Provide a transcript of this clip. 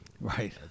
Right